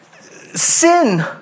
sin